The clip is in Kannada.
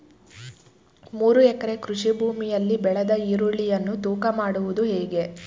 ಮೂರು ಎಕರೆ ಕೃಷಿ ಭೂಮಿಯಲ್ಲಿ ಬೆಳೆದ ಈರುಳ್ಳಿಯನ್ನು ತೂಕ ಮಾಡುವುದು ಹೇಗೆ?